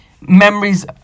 memories